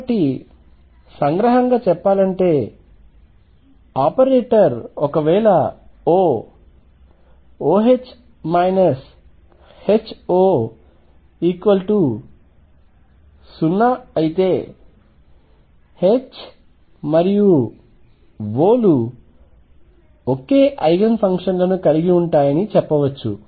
కాబట్టి సంగ్రహంగా చెప్పాలంటే ఆపరేటర్ ఒకవేళ O OH HO0 అయితే H మరియు O లు ఒకే ఐగెన్ ఫంక్షన్లను కలిగి ఉంటాయని చెప్పవచ్చు